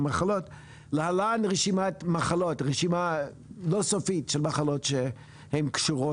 להלן רשימה לא סופית של מחלות שקשורות